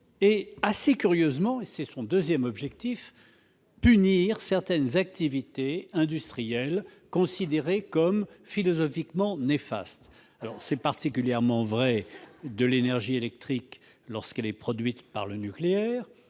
assez curieusement, punir certaines activités industrielles considérées comme philosophiquement néfastes. C'est particulièrement vrai de l'énergie électrique lorsqu'elle est produite par le nucléaire,